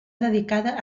dedicada